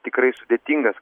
tikrai sudėtingas